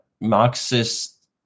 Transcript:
Marxist